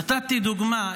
נתתי דוגמה,